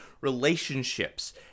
relationships